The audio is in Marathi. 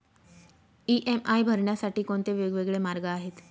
इ.एम.आय भरण्यासाठी कोणते वेगवेगळे मार्ग आहेत?